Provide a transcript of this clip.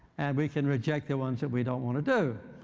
and we can reject the ones that we don't want to do.